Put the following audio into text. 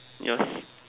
yeah